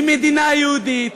היא מדינה יהודית,